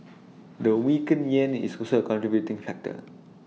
the weakened Yen is also A contributing factor